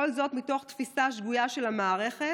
כל זאת מתוך תפיסה שגויה של המערכת